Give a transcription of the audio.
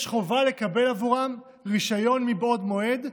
יש חובה לקבל רישיון עבורם מבעוד מועד,